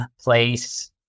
place